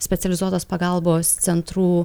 specializuotos pagalbos centrų